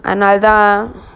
அதனால தான்:athanala than